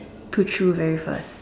to chew very fast